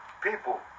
people